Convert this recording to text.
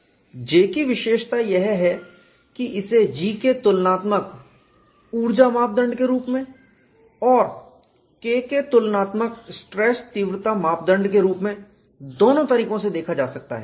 J की विशेषता यह है कि इसे G के तुलनात्मक ऊर्जा मापदंड के रूप में और K के तुलनात्मक स्ट्रेस तीव्रता मापदंड के रूप में दोनों तरीकों से देखा जा सकता है